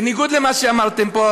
בניגוד למה שאמרתם פה,